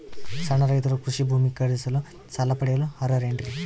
ಸಣ್ಣ ರೈತರು ಕೃಷಿ ಭೂಮಿ ಖರೇದಿಸಲು ಸಾಲ ಪಡೆಯಲು ಅರ್ಹರೇನ್ರಿ?